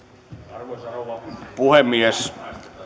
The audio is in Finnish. arvoisa rouva puhemies